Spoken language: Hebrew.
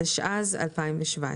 התשע"ז 2017